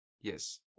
Yes